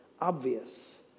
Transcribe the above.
obvious